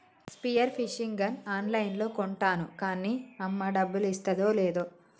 spear fishing gun ఆన్ లైన్లో కొంటాను కాన్నీ అమ్మ డబ్బులిస్తాదో లేదో